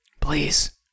please